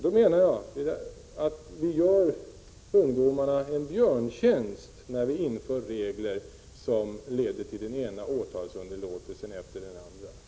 Jag menar att vi gör ungdomarna en björntjänst, när vi inför regler som leder till den ena åtalsunderlåtelsen efter den andra.